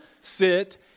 sit